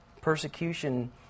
persecution